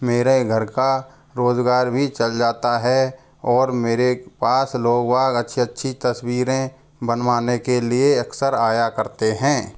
मेरे घर का रोजगार भी चल जाता है और मेरे पास लोग वा अच्छी अच्छी तस्वीरें बनवाने के लिए अक्सर आया करते हैं